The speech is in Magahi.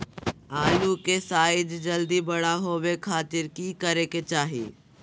आलू के साइज जल्दी बड़ा होबे खातिर की करे के चाही?